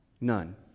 None